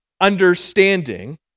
understanding